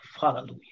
Hallelujah